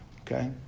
Okay